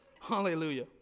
Hallelujah